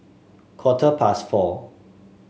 quarter past four